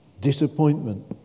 Disappointment